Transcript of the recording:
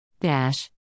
Dash